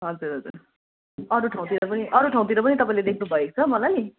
हजुर हजुर अरू ठाउँतिर पनि अरू ठाउँतिर पनि तपाईँले देख्नु भएको छ मलाई